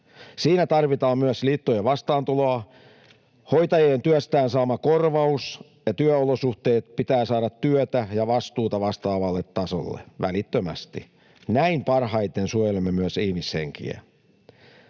Siinä tarvitaan myös liittojen vastaantuloa. Hoitajien työstään saama korvaus ja työolosuhteet pitää saada työtä ja vastuuta vastaavalle tasolle, välittömästi. Näin parhaiten suojelemme myös ihmishenkiä.